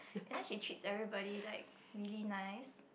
and then she treats everybody like really nice